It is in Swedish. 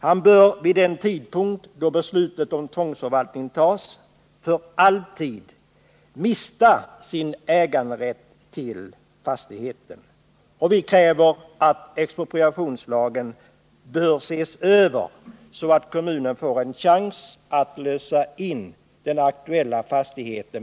Han bör vid den tidpunkt, då beslutet om tvångsförvaltning fattas, för all tid mista sin äganderätt till fastigheten. Vi kräver att expropriationslagen ses över, så att kommunen får en chans att vid tidpunkten för tvångsförvaltning lösa in fastigheten.